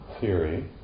theory